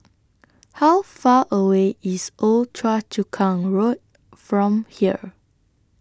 How Far away IS Old Choa Chu Kang Road from here